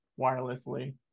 wirelessly